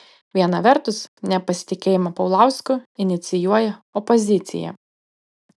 viena vertus nepasitikėjimą paulausku inicijuoja opozicija